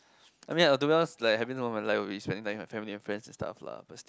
I mean to be honest like happiest moment of my life will be spending time with family and friends and stuff lah but still